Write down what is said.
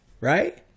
right